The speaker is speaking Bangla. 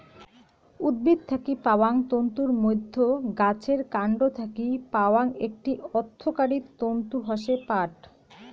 উদ্ভিদ থাকি পাওয়াং তন্তুর মইধ্যে গাছের কান্ড থাকি পাওয়াং একটি অর্থকরী তন্তু হসে পাট